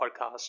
podcast